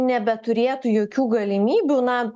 nebeturėtų jokių galimybių na